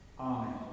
Amen